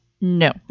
no